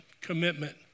Commitment